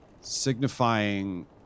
signifying